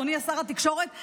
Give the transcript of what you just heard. אדוני שר התקשורת,